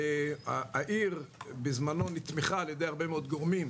העיר בזמנו נתמכה על ידי הרבה מאוד גורמים,